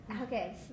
Okay